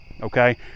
okay